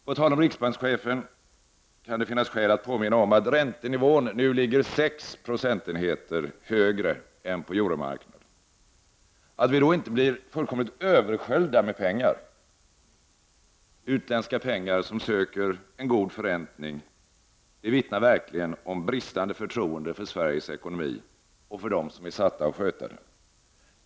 På tal om riksbankschefen kan det finnas skäl att påminna om att räntenivån nu ligger 6 procentenheter högre än på euromarknaden. Att vi då inte blir fullkomligt översköljda av utländska pengar som söker en god förrä ning, det vittnar verkligen om bristande förtroende för Sveriges ekonomi och för dem som är satta att sköta den.